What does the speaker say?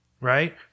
right